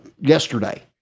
yesterday